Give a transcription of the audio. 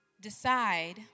decide